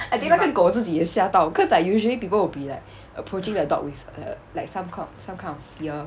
I think 那个狗它自己也吓到 cause like usually people will be like approaching the dog with a like some kind some kind of fear